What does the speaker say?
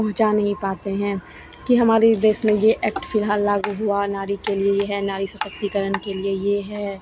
पहुंचा नहीं पाते हैं के हमारे देश में यह ऐक्ट फिलहाल लागू हुआ नारी के लिए यह है नारी सशक्तिकरण के लिए यह है